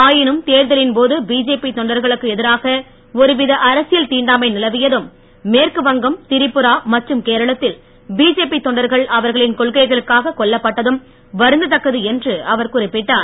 ஆயினும் தேர்தலின்போது பிஜேபி தொண்டர்களுக்கு எதிராக ஒருவித அரசியல் தீண்டாமை நிலவியதும் மேற்கு வங்கம் மற்றும் திரிபுரா மற்றும் கேரளத்தில் பிஜேபி தொண்டர்கள் அவர்களின் கொள்கைகளுக்காக கொல்லப்பட்டதும் வருந்தத்தக்கது என்று அவர் குறிப்பிட்டார்